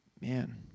Man